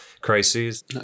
crises